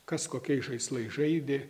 kas kokiais žaislais žaidė